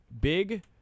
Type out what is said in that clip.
big